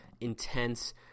intense